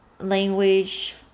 language